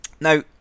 Now